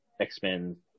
X-Men